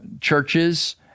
churches